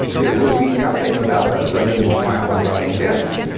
there will be nothing about us other than a pile of rotting bits.